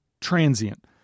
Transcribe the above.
transient